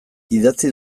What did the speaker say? idatzi